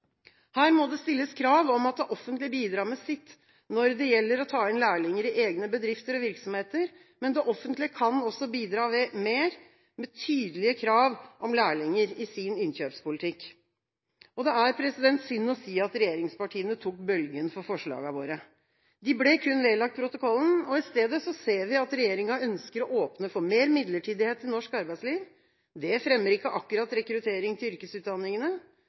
Her må det stilles krav om at det offentlige bidrar med sitt når det gjelder å ta inn lærlinger i egne bedrifter og virksomheter, men det offentlige kan også bidra mer med tydelige krav om lærlinger i sin innkjøpspolitikk. Det er synd å si at regjeringspartiene tok bølgen for forslagene våre. De ble kun vedlagt protokollen. I stedet ser vi at regjeringa ønsker å åpne for mer midlertidighet i norsk arbeidsliv. Det fremmer ikke akkurat rekruttering til yrkesutdanningene.